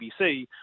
BBC